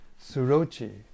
Surochi